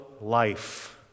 life